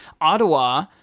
Ottawa